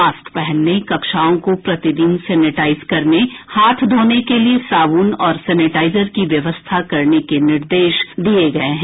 mask पहनने कक्षाओं को प्रतिदिन सेनेटाईज करने हाथ धोने के लिये सादृन और सेनेटाइजर की व्यवस्था करने के निर्देश दिये गये हैं